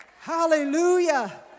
Hallelujah